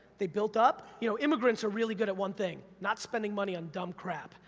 they built up, you know, immigrants are really good at one thing? not spending money on dumb crap,